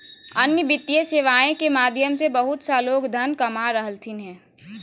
अन्य वित्तीय सेवाएं के माध्यम से बहुत सा लोग धन कमा रहलथिन हें